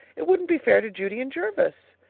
it wouldn't be fair to judy and jervis.